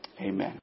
Amen